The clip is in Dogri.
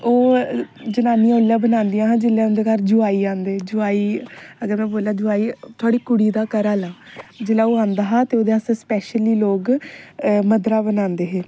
ओह् जनानियां उसले बनादियां हियां जिसले उंदे घर जुआई आंदे हे जुआई अगर मतलब जुआई थुआड़ी कुड़ी दे घरा आहला जिसले ओह् आंदा हा ते उस आस्तै सपेशली लोग मद्धरा बनांदे हे